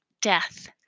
death